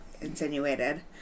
insinuated